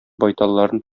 байталларын